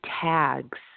tags